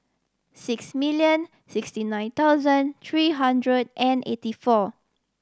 six million sixty nine thousand three hundred and eighty four